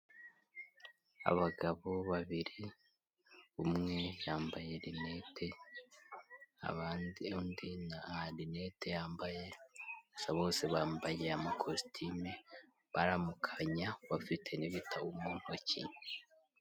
Abagabo babiri, umwe yambaye rinete, undi nta rinete yambaye, bose bambaye amakositime, baramukanya, bafite n'ibitabo mu ntoki.